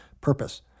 Purpose